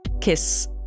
kiss